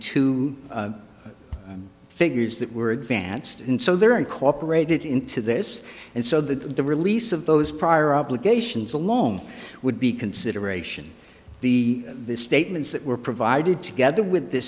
two figures that were advanced and so they are incorporated into this and so that the release of those prior obligations along would be consideration the statements that were provided together with th